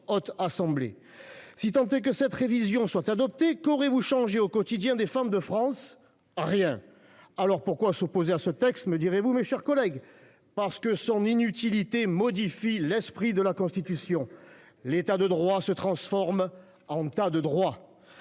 à son tour. Si tant est que cette révision soit adoptée, qu'aurez-vous changé au quotidien des femmes de France ? Rien ! Pourquoi, alors, s'opposer à ce texte, me direz-vous, mes chers collègues ? Parce que son inutilité modifie l'esprit de la Constitution : l'État de droit se transforme en tas de droits.